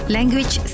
Language